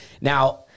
now